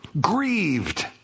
grieved